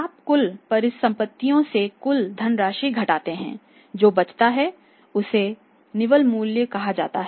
आप कुल परिसंपत्तियों से कुल धनराशि घटाते हैं जो बचा है उसे निवल मूल्य कहा जाता है